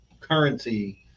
currency